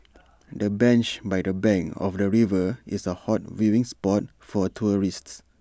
the bench by the bank of the river is A hot viewing spot for tourists